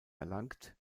erlangt